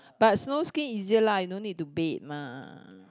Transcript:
but snow skin easier lah you no need to bake mah